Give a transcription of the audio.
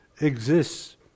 exists